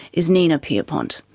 is nina pierpont.